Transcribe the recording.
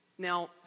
Now